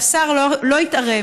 השר לא יתערב.